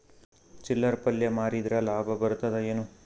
ಚಿಲ್ಲರ್ ಪಲ್ಯ ಮಾರಿದ್ರ ಲಾಭ ಬರತದ ಏನು?